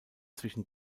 zwischen